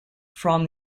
from